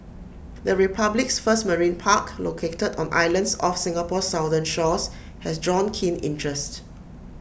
the republic's first marine park located on islands off Singapore's southern shores has drawn keen interest